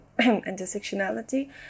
intersectionality